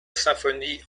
symphonie